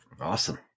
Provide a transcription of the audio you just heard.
Awesome